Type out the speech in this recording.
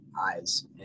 eyes